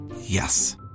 Yes